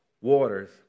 waters